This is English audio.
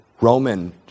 Roman